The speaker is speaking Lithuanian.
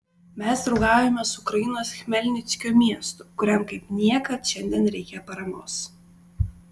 mes draugaujame su ukrainos chmelnickio miestu kuriam kaip niekad šiandien reikia paramos